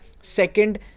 second